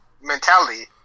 mentality